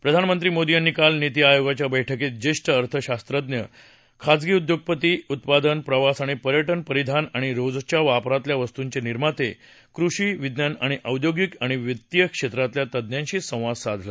प्रधानमंत्री मोदी यांनी काल नीती आयोगाच्या बैठकीत ज्येष्ठ अर्थशास्वज्ञ खासगी उद्योगपती उत्पादन प्रवास आणि पर्यटन परिधान आणि रोजच्या वापरातल्या वस्तुंचे निर्माते कृषी विज्ञान आणि औद्योगिक आणि वित्तीय क्षेत्रातल्या तज्ञांशी संवाद साधला